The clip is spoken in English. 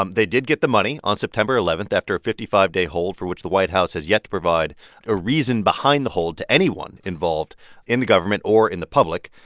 um they did get the money on september eleven, after a fifty five day hold for which the white house has yet to provide a reason behind the hold to anyone involved in the government or in the public.